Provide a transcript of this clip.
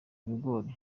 ibigori